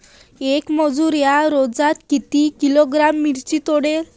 येक मजूर या रोजात किती किलोग्रॅम मिरची तोडते?